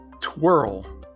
Twirl